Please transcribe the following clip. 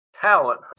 talent